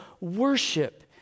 worship